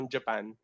Japan